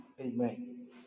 amen